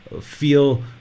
feel